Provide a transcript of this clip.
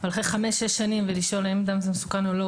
אבל אחרי חמש-שש שנים ולשאול האם האדם הזה מסוכן או לא,